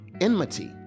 enmity